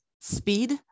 speed